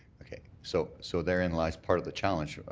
okay. so so therein lies part of the challenge.